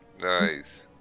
Nice